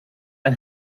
and